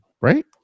Right